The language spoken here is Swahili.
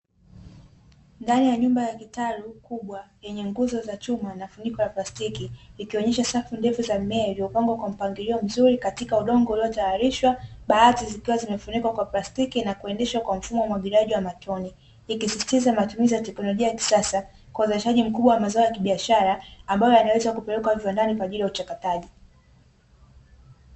Ndani ya nyumba ya kitalu kubwa yenye nguzo za chuma na mfuniko wa plastiki, ikionesha safu ndefu za mimea iliopangwa kwa mpangilio mzuri, katika udongo ulio tayarishwa baati zikiwa zimefunikwa kwa plastiki na kuendeshwa kwa mfumo wa umwagiliaji wa matone, ikisisitiza matumizi ya teknolojia ya kisasa, kwa uzalishaji mkubwa wa mazao ya kibiashara, ambayo yanaweza kupelekwa viwandani kwa ajili ya uchakataji.